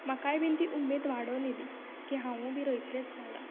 म्हाकाय बीन ती उमेद वाडून येली की हांवूय बी रोयतलेंच झाडां